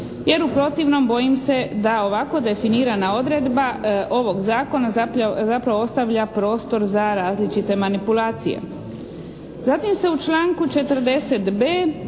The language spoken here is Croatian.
jer u protivnom bojim se da ovako definirana odredba ovog zakona, zapravo ostavlja prostor za različite manipulacije.